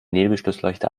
nebelschlussleuchte